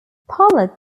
pollard